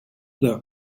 were